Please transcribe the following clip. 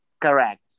correct